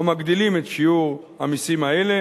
או מגדילים את שיעור המסים האלה